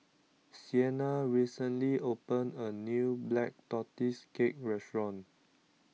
Siena recently opened a new Black Tortoise Cake Restaurant